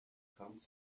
become